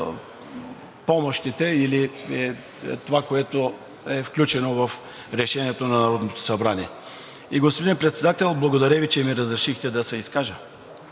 помощите или това, което е включено в Решението на Народното събрание. Господин Председател, благодаря Ви, че ми разрешихте да се изкажа.